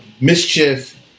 Mischief